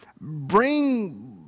bring